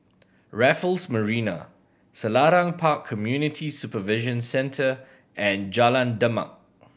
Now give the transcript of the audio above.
Raffles Marina Selarang Park Community Supervision Centre and Jalan Demak